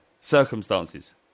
circumstances